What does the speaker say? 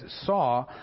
saw